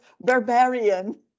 barbarian